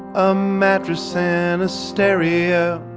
a mattress ah and a steria